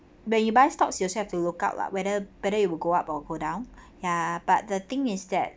but you buy stocks you also have to look out lah whether whether it will go up or go down ya but the thing is that